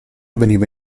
veniva